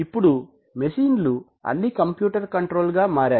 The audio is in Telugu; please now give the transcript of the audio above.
ఇప్పుడు మెషిన్ లు అన్నీ కంప్యూటర్ కంట్రోల్ గా మారాయి